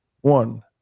One